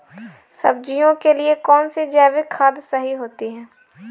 सब्जियों के लिए कौन सी जैविक खाद सही होती है?